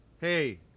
Hey